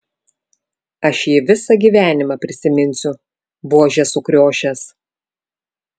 aš jį visą gyvenimą prisiminsiu buožė sukriošęs